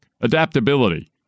adaptability